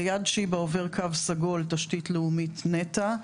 ליד "שיבא" עובר קו סגול תשתית לאומית נת"ע.